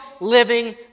living